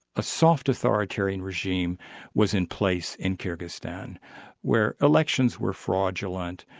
a soft authoritarian regime was in place in kyrgyzstan where elections were fraudulent,